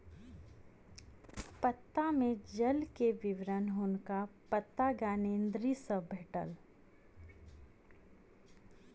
पत्ता में जल के विवरण हुनका पत्ता ज्ञानेंद्री सॅ भेटल